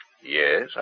Yes